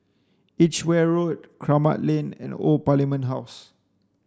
Edgeware Road Kramat Lane and Old Parliament House